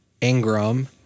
Ingram